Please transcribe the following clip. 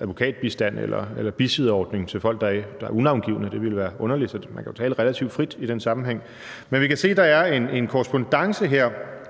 advokatbistand eller bisidderordning til folk, der er unavngivne. Det ville være underligt. Så man kan jo tale relativt frit i den sammenhæng. Men vi kan se, at der er en korrespondance her